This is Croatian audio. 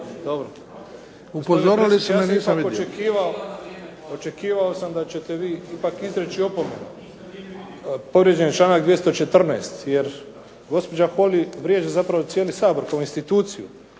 predsjedniče, ja sam ipak očekivao da ćete vi ipak izreći opomenu, povrijeđen je članak 214. jer gospođa Holy vrijeđa zapravo cijeli Sabor kao instituciju,